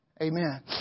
Amen